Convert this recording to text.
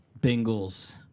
Bengals